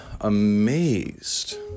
amazed